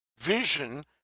vision